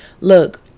Look